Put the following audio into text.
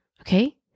okay